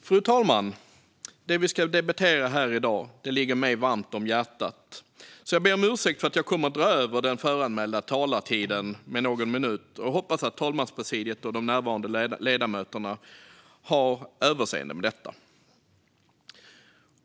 Fru talman! Det vi i dag ska debattera ligger mig varmt och hjärtat. Jag ber därför om ursäkt för att jag kommer att dra över den föranmälda talartiden med någon minut och hoppas att talmanspresidiet och de närvarande ledamöterna har överseende med detta.